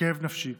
כאב נפשי.